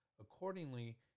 Accordingly